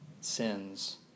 sins